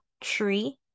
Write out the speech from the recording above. tree